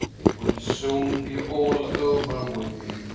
it will soon be all over with me.